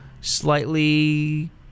slightly